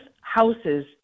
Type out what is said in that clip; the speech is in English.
houses